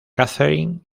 catherine